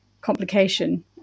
complication